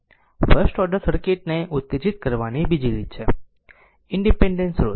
first order circuit ને ઉત્તેજિત કરવાની બીજી રીત છે ઇનડીપેનડેન્ટ સ્રોત